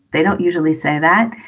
they don't usually say that.